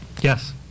Yes